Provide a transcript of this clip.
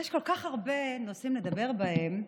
יש כל כך הרבה נושאים לדבר בהם,